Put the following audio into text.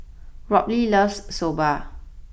Robley loves Soba